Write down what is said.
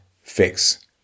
fix